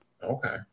Okay